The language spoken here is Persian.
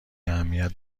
اهمیت